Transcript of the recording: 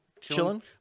Chilling